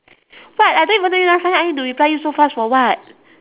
what I don't even know you last time I need to reply you so fast for what